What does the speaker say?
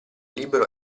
libero